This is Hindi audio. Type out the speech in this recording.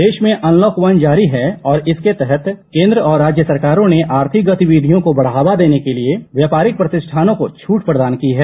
देश में अनलॉक वन जारी है और इसके तहत केंद्र और राज्य सरकारों ने आर्थिक गतिविधियों को बढ़ावा देने के लिए व्यापारिक प्रतिष्ठानों को छूट प्रदान की है